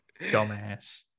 dumbass